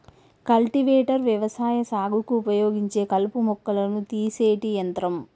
cultivator వ్యవసాయ సాగుకు ఉపయోగించే కలుపు మొక్కలను తీసేటి యంత్రం